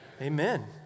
Amen